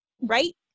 right